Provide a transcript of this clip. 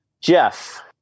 Jeff